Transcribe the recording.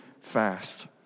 fast